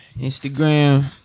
Instagram